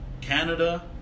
canada